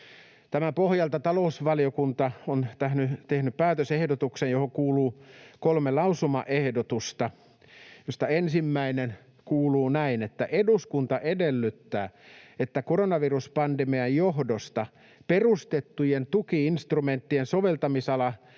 Tämän pohjalta talousvaliokunta on tehnyt päätösehdotuksen, johon kuuluu kolme lausumaehdotusta, joista ensimmäinen kuuluu näin: ”Eduskunta edellyttää, että koronaviruspandemian johdosta perustettujen tuki-instrumenttien soveltamisala